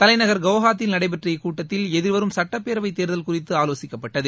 தலைநகர் குவஹாத்தியில் நடைபெற்ற இக்கூட்டத்தில் எதிர்வரும் சுட்டப்பேரவை தேர்தல் குறித்து ஆலோசிக்கப்பட்டது